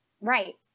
Right